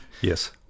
Yes